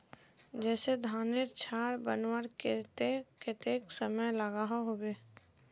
जैसे धानेर झार बनवार केते कतेक समय लागोहो होबे?